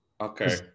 okay